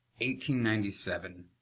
1897